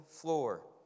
floor